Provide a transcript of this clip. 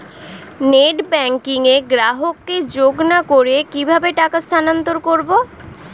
Net banking এ গ্রাহককে যোগ না করে কিভাবে টাকা স্থানান্তর করব?